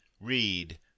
read